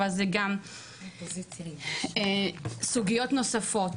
אבל זה גם סוגיות נוספות,